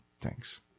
Thanks